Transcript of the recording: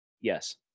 Yes